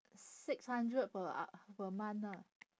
six hundred per uh per month lah